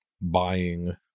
buying